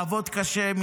לעבוד קשה,